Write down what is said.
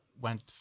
went